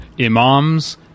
imams